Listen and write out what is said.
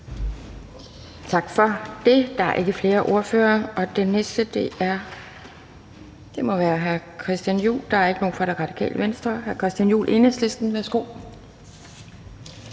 Tak for det. Der er ikke flere korte bemærkninger. Og den næste ordfører må være hr. Christian Juhl, for der er ikke nogen fra Radikale Venstre. Hr. Christian Juhl, Enhedslisten. Værsgo.